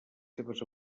seves